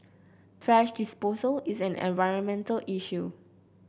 thrash disposal is an environmental issue